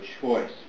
choice